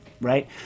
right